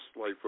life